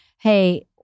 hey